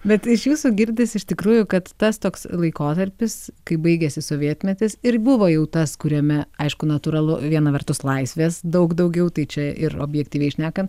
bet iš jūsų girdisi iš tikrųjų kad tas toks laikotarpis kai baigėsi sovietmetis ir buvo jau tas kuriame aišku natūralu viena vertus laisvės daug daugiau tai čia ir objektyviai šnekant